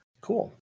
cool